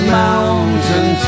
mountain